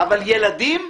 אבל ילדים,